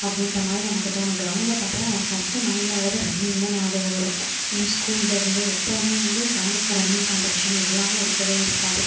அப்படின்ற மாதிரி நமக்கு தோணும் கிரௌண்டை பார்த்தாலே நமக்கு ஃபர்ஸ்ட் மைண்ட்டில் வரது ரன்னிங் தான் ஞாபகம் வரும் எங்கள் ஸ்கூலில் இருந்து எப்பவுமே வந்து க்ரௌண்ட்டில் இப்போ ரன்னிங் கம்பட்டிஷன் இல்லாமல் இருக்கவே இருக்காது